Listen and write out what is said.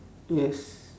yes